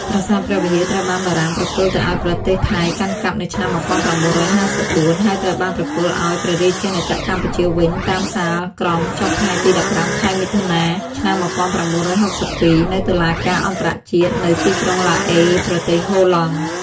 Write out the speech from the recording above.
ប្រាសាទព្រះវិហារ ត្រូវបានបារាំងប្រគល់ទៅឱ្យប្រទេសថៃកាន់កាប់នៅឆ្នាំ១៩៥៤ ហើយត្រូវបានប្រគល់ឱ្យព្រះរាជាណាចក្រកម្ពុជាវិញតាមសាលក្រមចុះថ្ងៃទី១៥ ខែមិថុនា ឆ្នាំ១៩៦២ នៅតុលាការអន្តរជាតិនៅទីក្រុងឡាអេប្រទេសហូឡង់។